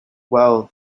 well